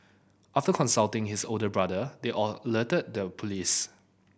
after consulting his older brother they all alerted the police